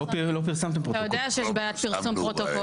לא פרסמתם פרוטוקול.